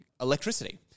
electricity